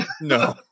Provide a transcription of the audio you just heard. No